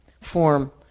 form